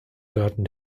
garten